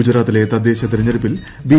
ഗുജറാത്തിലെ തദ്ദേശ തെരഞ്ഞെടുപ്പിൽ ബി